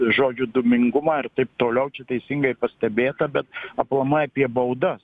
žodžiu dūmingumą ir taip toliau čia teisingai pastebėta bet aplamai apie baudas